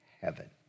heaven